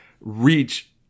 reach